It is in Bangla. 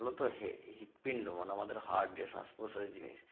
মূলত হৃদপিণ্ড মানে আমাদের হার্ট যে শ্বাস প্রশ্বাসের জিনিস